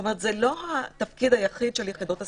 כלומר זה לא התפקיד היחיד של יחידות הסיוע.